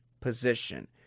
position